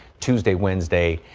tuesday wednesday.